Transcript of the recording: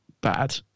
bad